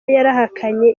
yarahakanye